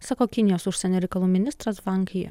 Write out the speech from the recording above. sako kinijos užsienio reikalų ministras wang yi